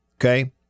okay